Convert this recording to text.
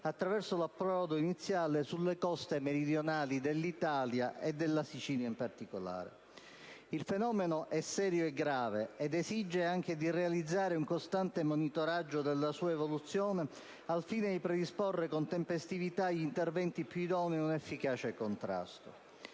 attraverso l'approdo iniziale sulle coste meridionali dell'Italia e, in particolare, della Sicilia. Il fenomeno è serio e grave ed esige di realizzare un costante monitoraggio della sua evoluzione al fine di predisporre con tempestività gli interventi più idonei ad un efficace contrasto.